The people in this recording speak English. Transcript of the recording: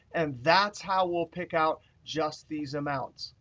and that's how we'll pick out just these amounts.